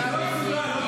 איננו.